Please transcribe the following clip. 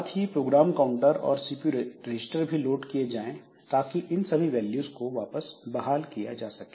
साथ ही program counter और सीपीयू रजिस्टर भी लोड किये जाएँ ताकि इन सभी वैल्यूज़ को वापस बहाल किया जा सके